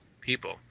people